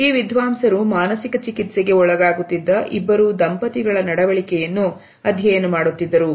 ಈ ವಿದ್ವಾಂಸರು ಮಾನಸಿಕ ಚಿಕಿತ್ಸೆಗೆ ಒಳಗಾಗುತ್ತಿದ್ದ ಇಬ್ಬರು ದಂಪತಿಗಳ ನಡವಳಿಕೆಯನ್ನು ಅಧ್ಯಯನ ಮಾಡುತ್ತಿದ್ದರು